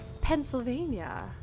pennsylvania